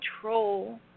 control